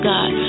God